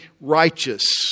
righteous